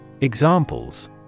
Examples